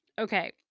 Okay